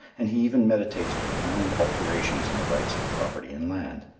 and he even meditates profound alterations in the right of property in land.